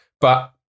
But-